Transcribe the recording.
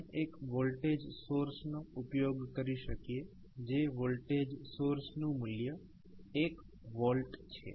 આપણે એક વોલ્ટેજ સોર્સનો ઉપયોગ કરી શકીએ જે વોલ્ટેજ સોર્સનું મૂલ્ય 1 V છે